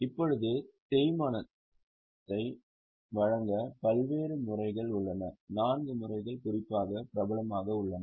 இப்போது தேய்மானத்தை வழங்க பல்வேறு முறைகள் உள்ளன நான்கு முறைகள் குறிப்பாக பிரபலமாக உள்ளன